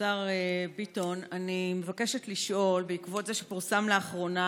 השר ביטון, בעקבות פרסום לאחרונה